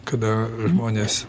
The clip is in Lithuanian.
kada žmonės